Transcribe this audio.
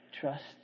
Trust